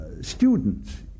Students